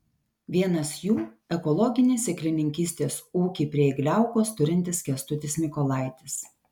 vienas jų ekologinį sėklininkystės ūkį prie igliaukos turintis kęstutis mykolaitis